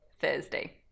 Thursday